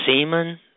semen